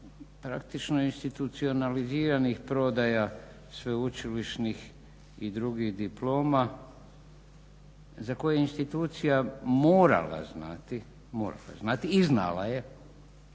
praktički institucionaliziranih prodaja sveučilišnih i drugih diploma za koje je institucija morala znati i znala je